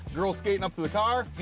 girl skating up to the car.